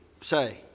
say